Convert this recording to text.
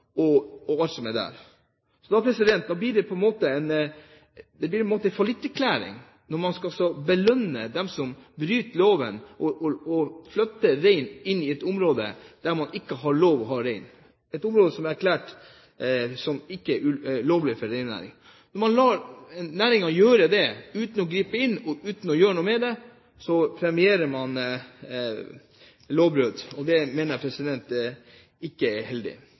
når man altså belønner dem som bryter loven, som flytter rein inn i et område der man ikke har lov å ha rein, et område som er erklært som ikke lovlig for reindriftsnæring. Når man lar næringen gjøre dette uten å gripe inn, og uten å gjøre noe med det, premierer man lovbrudd. Det mener jeg ikke er heldig.